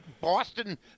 Boston